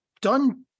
done